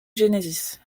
genesis